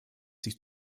sie